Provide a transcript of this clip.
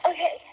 Okay